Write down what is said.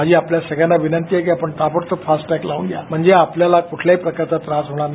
माझी आपल्याला सर्वांना विनंती आहे की आपण ताबडतोब फाॅंग लावू या म्हणजे आपल्याला कुठल्याही प्रकारचा त्रास होणार नाही